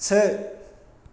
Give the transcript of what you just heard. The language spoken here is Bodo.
से